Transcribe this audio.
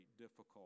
difficult